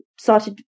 started